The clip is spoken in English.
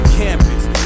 campus